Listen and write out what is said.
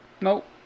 nope